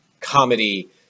comedy